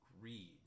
greed